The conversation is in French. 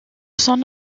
son